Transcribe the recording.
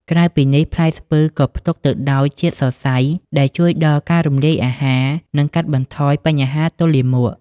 ក្រៅពីនេះ ផ្លែស្ពឺក៏ផ្ទុកទៅដោយជាតិសរសៃ ដែលជួយដល់ការរំលាយអាហារ និងកាត់បន្ថយបញ្ហាទល់លាមក។